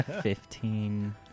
Fifteen